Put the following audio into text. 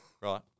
Right